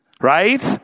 Right